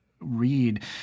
read